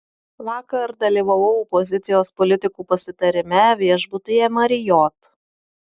vakar dalyvavau opozicijos politikų pasitarime viešbutyje marriott